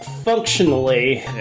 Functionally